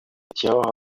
tireurs